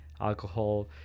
alcohol